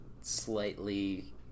slightly